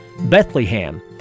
Bethlehem